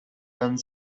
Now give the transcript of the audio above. done